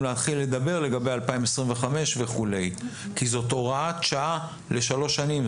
להתחיל לדבר לגבי 2025 וכולי כי זאת הוראת שעה לשלוש שנים.